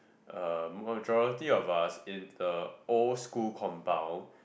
uh majority of us in the old school compound